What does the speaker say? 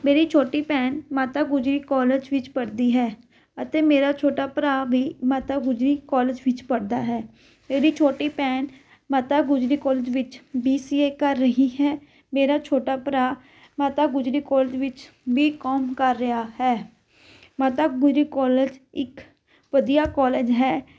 ਮੇਰੀ ਛੋਟੀ ਭੈਣ ਮਾਤਾ ਗੁਜਰੀ ਕੋਲਜ ਵਿੱਚ ਪੜ੍ਹਦੀ ਹੈ ਅਤੇ ਮੇਰਾ ਛੋਟਾ ਭਰਾ ਵੀ ਮਾਤਾ ਗੁਜਰੀ ਕੋਲਜ ਵਿੱਚ ਪੜ੍ਹਦਾ ਹੈ ਮੇਰੀ ਛੋਟੀ ਭੈਣ ਮਾਤਾ ਗੁਜਰੀ ਕੋਲਜ ਵਿੱਚ ਬੀ ਸੀ ਏ ਕਰ ਰਹੀ ਹੈ ਮੇਰਾ ਛੋਟਾ ਭਰਾ ਮਾਤਾ ਗੁਜਰੀ ਕੋਲਜ ਵਿੱਚ ਬੀ ਕੌਮ ਕਰ ਰਿਹਾ ਹੈ ਮਾਤਾ ਗੁਜਰੀ ਕੋਲਜ ਇੱਕ ਵਧੀਆ ਕੋਲਜ ਹੈ